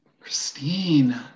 Christine